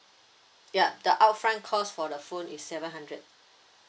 yup the upfront cost for the phone is seven hundred